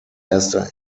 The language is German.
erster